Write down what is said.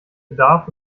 bedarf